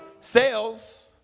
sales